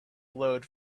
glowed